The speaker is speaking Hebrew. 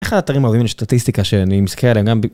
איך האתרים אוהבים... יש סטטיסטיקה שאני מסקר עליה גם ב...